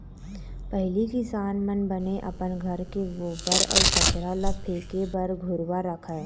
पहिली किसान मन बने अपन घर के गोबर अउ कचरा ल फेके बर घुरूवा रखय